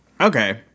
Okay